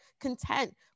content